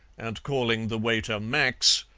and calling the waiter max,